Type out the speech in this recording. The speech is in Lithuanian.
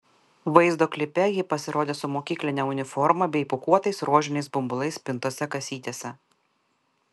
vaizdo klipe ji pasirodė su mokykline uniforma bei pūkuotais rožiniais bumbulais pintose kasytėse